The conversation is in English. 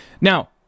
Now